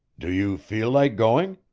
do you feel like going?